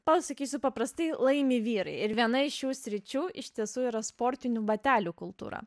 pasakysiu paprastai laimi vyrai ir viena iš šių sričių iš tiesų yra sportinių batelių kultūra